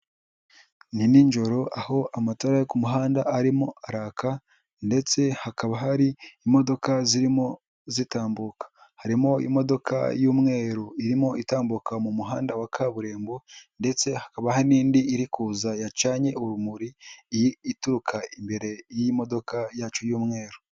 Ni ninjoro aho amatara yo ku muhanda arimo araka, ndetse hakaba hari imodoka zirimo zitambuka, harimo imodoka y'umweru irimo itambuka mu muhanda wa kaburimbo, ndetse hakaba hari n'indi iri kuza yacanye urumuri ituruka imbere y'imodoka yacu y'umweru.